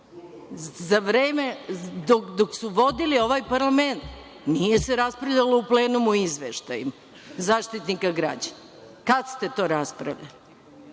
DS, dok su vodili ovaj parlament, nije se raspravljalo u plenumu o izveštajima Zaštitnika građana. Kada ste to raspravljali?